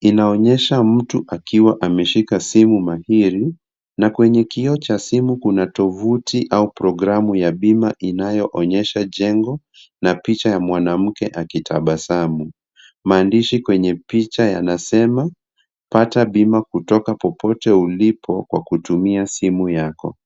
inaonyesha mtu akiwa ameshika simu mahiri na kwenye kioo cha simu kuna tovuti au programu ya bima inayoonyesha jengo na picha ya mwanamke akitabasamu. Maandishi kwenye picha yanasema, pata bima kutoka popote ulipo kwa kutumia simu yako.